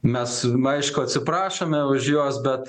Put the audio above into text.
mes aišku atsiprašome už juos bet